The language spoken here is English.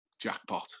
jackpot